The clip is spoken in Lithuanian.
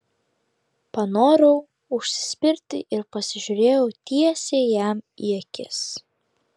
panorau užsispirti ir pasižiūrėjau tiesiai jam į akis